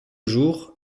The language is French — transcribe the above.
jour